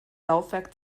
laufwerk